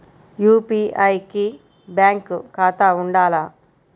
UPI కి bank ఖాతా ఉండాల?